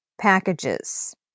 packages